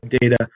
data